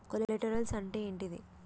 Collaterals అంటే ఏంటిది?